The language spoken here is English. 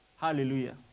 hallelujah